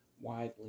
widely